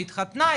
שהתחתנה,